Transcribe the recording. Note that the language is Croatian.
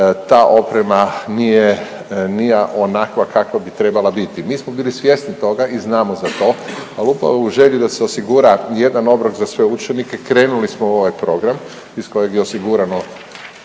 ta oprema nije onakva kakva bi trebala biti. Mi smo bili svjesni toga i znamo za to, ali upravo u želji da se osigura jedan obrok za sve učenike, krenuli smo u ovaj program iz kojeg je osigurano